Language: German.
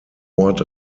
ort